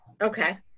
okay